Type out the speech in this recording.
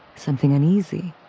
something and easy.